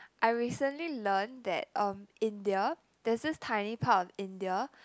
I recently learned that um India there's this tiny part of India